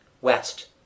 west